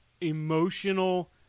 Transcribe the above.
emotional